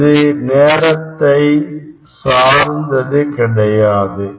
இது நேரத்தை சார்ந்தது கிடையாது